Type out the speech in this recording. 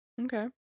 Okay